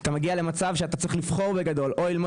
אתה מגיע למצב שאתה צריך לבחור או ללמוד